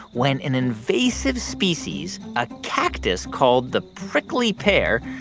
when an invasive species, a cactus called the prickly pear,